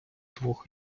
двох